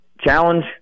Challenge